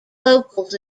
locals